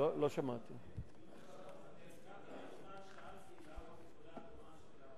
למה הוגבלה התנועה של התושבים?